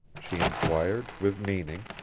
she inquired, with meaning.